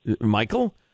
Michael